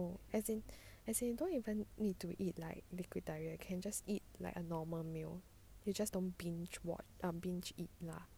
no as in let's say you don't even need to eat like liquid diet can just eat like a normal meal you just don't binge watch a binge eat lah